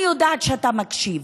ואני יודעת אתה מקשיב,